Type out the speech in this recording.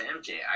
MJ